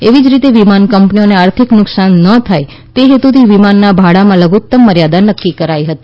એવી જ રીતે વિમાન કંપનીઓને આર્થિક નુકસાન ન થાય તે હેતુથી વિમાનના ભાડામાં લઘુત્તમ મર્યાદા નકકી કરાઇ હતી